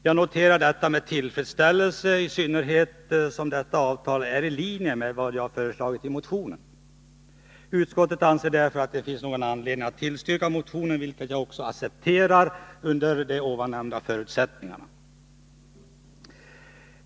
Jag noterar detta med tillfredsställelse, i synnerhet som detta avtal är i linje med vad jag föreslagit i motionen. Utskottet anser därför att det inte finns någon anledning att tillstyrka motionen, vilket jag också accepterar under de nämnda förutsättningarna.